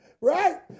Right